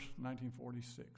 1946